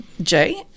Jay